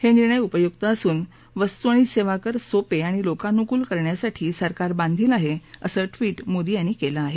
हे निर्णय उपयुक्त असून वस्तू आणि सेवा कर सोपे आणि लोकानुकूल करण्यासाठी सरकार बांधील आहे असं वि मोदी यांनी केलं आहे